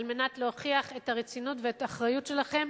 כדי להוכיח את הרצינות ואת האחריות שלכם,